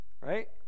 right